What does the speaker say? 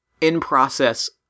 in-process